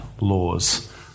Law's